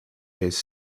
his